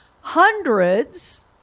hundreds